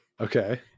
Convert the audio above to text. Okay